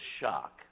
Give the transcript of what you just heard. shock